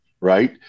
right